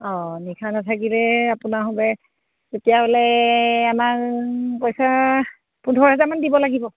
অঁ নিশা নাথাকিলে আপোনাৰ হ'ব তেতিয়াহ'লে আমাক পইচা পোন্ধৰ হাজাৰমান দিব লাগিব